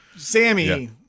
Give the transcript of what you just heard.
Sammy